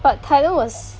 but title was